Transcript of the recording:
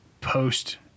post